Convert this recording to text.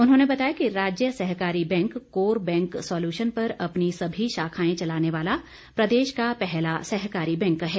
उन्होंने बताया कि राज्य सहकारी बैंक कोर बैंक सोल्यूशन पर अपनी सभी शाखाएं चलाने वाला प्रदेश का पहला सहकारी बैंक है